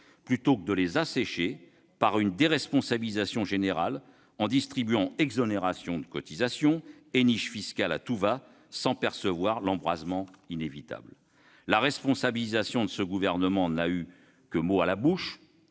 plutôt que de les assécher par une déresponsabilisation générale en distribuant exonérations de cotisations et niches fiscales à tout-va, sans percevoir l'embrasement inévitable. La responsabilisation, ce gouvernement n'a eu que ce mot à la bouche,